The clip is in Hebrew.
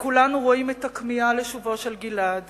כולנו רואים את הכמיהה לשובו של גלעד